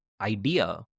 idea